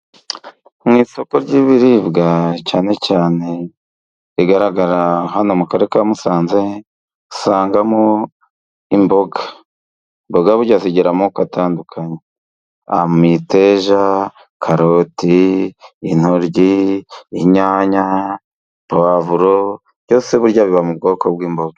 Mu isoko ry'ibiribwa cyane cyane bigaragara hano mu karere ka Musanze, usangamo imboga. Imboga burya zigira amoko atanukanye. Imiteja, karotiri, intoryi, inyanya, puwavuro, byose burya biba mu bwoko bw'imboga.